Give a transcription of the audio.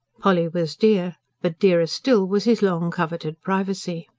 polly was dear but dearer still was his long-coveted privacy.